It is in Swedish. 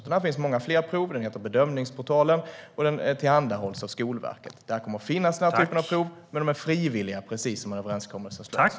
Där finns alltså många fler prov, och den heter Bedömningsportalen och tillhandahålls av Skolverket. Där kommer det att finnas denna typ av prov. Men de är frivilliga, precis som framgår av den överenskommelse som har slutits.